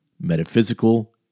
metaphysical